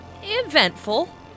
eventful